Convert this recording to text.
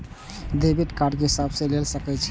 Debit card के सब ले सके छै?